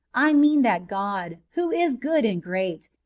i mean that god, who is good and great,